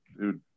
dude